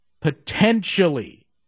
potentially